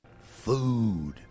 Food